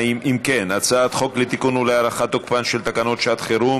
חוק לתיקון ולהארכת תוקפן של תקנות שעת חירום